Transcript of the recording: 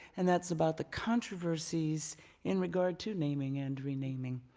and that's about the controversies in regard to naming and renaming.